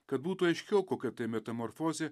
kad būtų aiškiau kokia tai metamorfozė